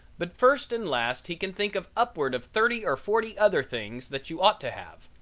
but first and last he can think of upward of thirty or forty other things that you ought to have,